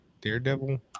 Daredevil